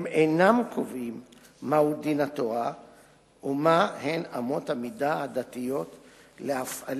הם אינם קובעים מהו דין התורה ומה הן אמות המידה הדתיות להפעלת